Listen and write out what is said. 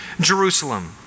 Jerusalem